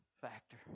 factor